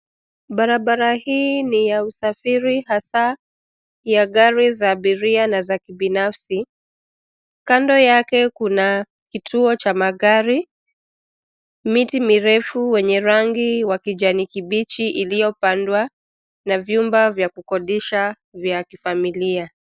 Barabara hii ni ya usafiri hasa ya gari za abiria na za kibinafsi. Kando yake kuna kituo cha magari, miti mirefu wenye rangi wa kijani kibichi iliyopandwa na vyumba vya kukodisha vya kifamilia.